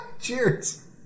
Cheers